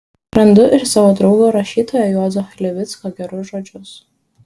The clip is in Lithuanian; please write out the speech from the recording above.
randu ir savo draugo rašytojo juozo chlivicko gerus žodžius